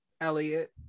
Elliot